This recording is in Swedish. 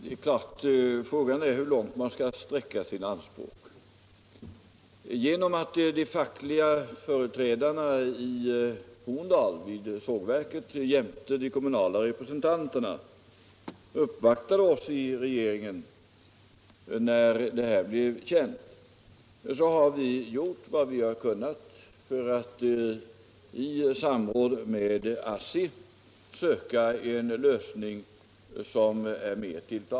Herr talman! Frågan är naturligtvis hur långt man skall sträcka sina anspråk. Sedan de fackliga företrädarna för sågverket i Horndal jämte de kommunala representanterna uppvaktade oss i regeringen när nedläggningsförslaget blev känt har vi gjort vad vi har kunnat för att i samråd med ASSI söka en lösning som är mer tilltalande.